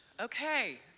Okay